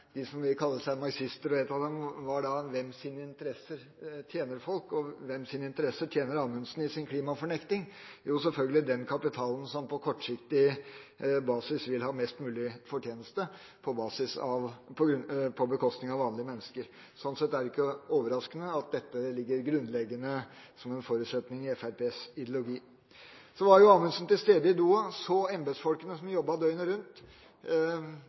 de som kaller seg marxister. Et av disse redskapene var å stille spørsmålet om hvem sine interesser tjener folk. Hvem sine interesser tjener Amundsen i sin klimafornekting? Jo, selvfølgelig kapitalen, som på kortsiktig basis vil ha mest mulig fortjeneste, på bekostning av vanlige mennesker. Slik sett er det ikke overraskende at dette ligger som en grunnleggende forutsetning for Fremskrittspartiets ideologi. Amundsen var til stede i Doha og så embetsfolkene som jobbet døgnet rundt